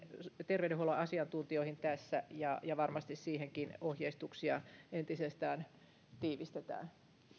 terveydenhuollon asiantuntijoihin tässä ja ja varmasti siihenkin ohjeistuksia entisestään tiivistetään